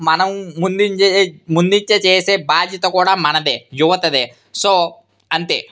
మనం ముందంజ ముందంజ చేసే బాధ్యత కూడా మనది యువతది సో అంతే